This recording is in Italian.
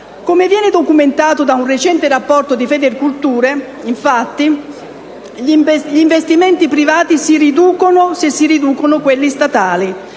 Come viene documentato da un recente rapporto di Federculture, infatti, gli investimenti privati si riducono se si riducono quelli statali,